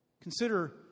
Consider